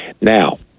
Now